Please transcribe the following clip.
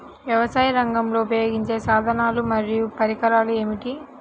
వ్యవసాయరంగంలో ఉపయోగించే సాధనాలు మరియు పరికరాలు ఏమిటీ?